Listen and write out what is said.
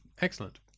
Excellent